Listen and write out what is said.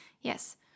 Yes